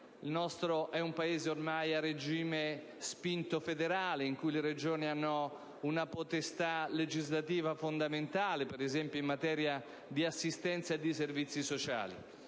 il nostro Paese è spinto verso un regime federale, in cui le Regioni hanno una potestà legislativa fondamentale, ad esempio in materia di assistenza e di servizi sociali.